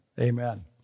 Amen